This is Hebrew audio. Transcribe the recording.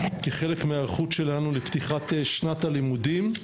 כחלק מההיערכות שלנו לפתיחת שנת הלימודים.